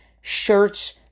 shirts